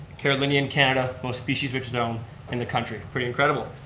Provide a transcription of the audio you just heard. carolinian canada most species rich zone in the country, pretty incredible.